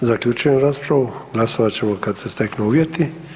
Zaključujem raspravu, glasovat ćemo kada se steknu uvjeti.